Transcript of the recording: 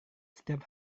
setiap